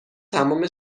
تمام